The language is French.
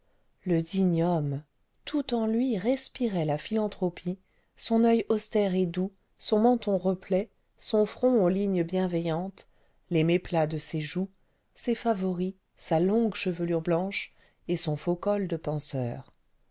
le digne homme tout en lui respirait la philanthropie son oeil austère et doux son menton replet son front aux lignes bienveillantes les méplats de ses joues ses favoris sa longue chevelure blanche et son faux col de penseur